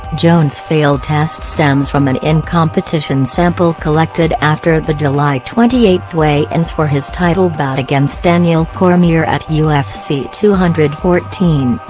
jones' failed test stems from an in-competition sample collected after the july twenty eight weigh-ins for his title bout against daniel cormier at ufc two hundred and fourteen,